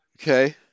Okay